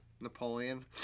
Napoleon